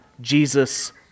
Jesus